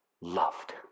loved